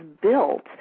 built